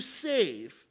save